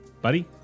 Buddy